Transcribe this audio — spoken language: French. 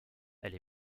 elle